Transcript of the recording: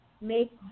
make